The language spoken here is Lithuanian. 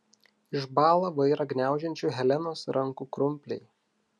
išbąla vairą gniaužiančių helenos rankų krumpliai